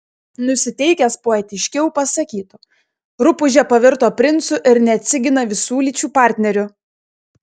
nusiteikęs poetiškiau pasakytų rupūžė pavirto princu ir neatsigina visų lyčių partnerių